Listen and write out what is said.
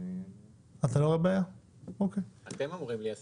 אני לא חושבת שיש לזה